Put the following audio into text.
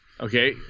okay